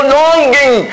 longing